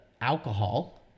alcohol